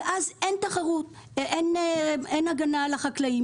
אז אין הגנה על החקלאים